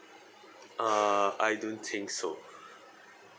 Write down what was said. uh I don't think so